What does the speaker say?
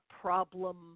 problem